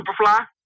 Superfly